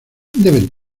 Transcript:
deben